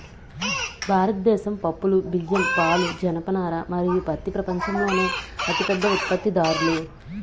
భారతదేశం పప్పులు, బియ్యం, పాలు, జనపనార మరియు పత్తి ప్రపంచంలోనే అతిపెద్ద ఉత్పత్తిదారులు